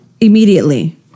Immediately